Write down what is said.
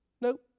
nope